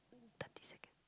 thirty second